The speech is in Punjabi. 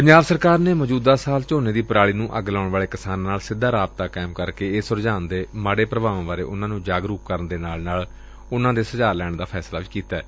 ਪੰਜਾਬ ਸਰਕਾਰ ਨੇ ਮੌਜੁਦਾ ਸਾਲ ਝੋਨੇ ਦੀ ਪਰਾਲੀ ਨੂੰ ਅੱਗ ਲਾਊਣ ਵਾਲੇ ਕਿਸਾਨਾ ਨਾਲ ਸਿੱਧਾ ਰਾਬਤਾ ਕਾਇਮ ਕਰਕੇ ਇਸ ਰੁਝਾਨ ਦੇ ਮਾੜੇ ਪ੍ਰਭਾਵਾਂ ਬਾਰੇ ਜਾਗਰੁਕ ਕਰਨ ਦੇ ਨਾਲ ਨਾਲ ਉਨੂਾਂ ਦੇ ਸੁਝਾਅ ਲੈਣ ਦਾ ਫੈਸਲਾ ਵੀ ਕੀਤੈ